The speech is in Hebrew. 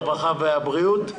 הרווחה והבריאות.